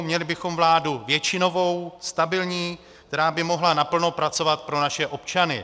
Měli bychom vládu většinovou, stabilní, která by mohla naplno pracovat pro naše občany.